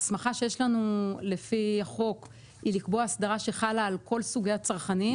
ההסמכה שיש לנו לפי החוק היא לקבוע אסדרה שחלה על כל סוגי הצרכנים